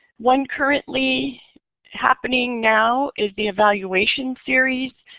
one currently happening now is the evaluation series.